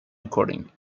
recording